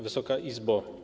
Wysoka Izbo!